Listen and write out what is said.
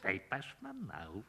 taip aš manau